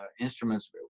instruments